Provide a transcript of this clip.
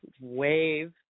wave